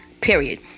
Period